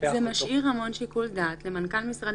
זה משאיר המון שיקול דעת למנכ"ל משרד